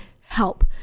help